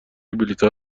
بلیتها